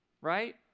Right